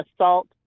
assault